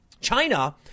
China